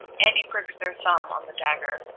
andy pricks their thumb on the dagger.